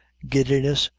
giddiness,